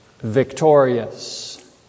victorious